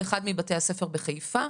באחד מבתי הספר בחיפה,